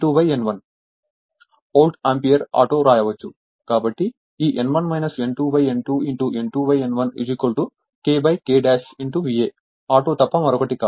కాబట్టి ఈ N1 N2 N2 N2 N1 K K VA auto తప్ప మరొకటి కాదు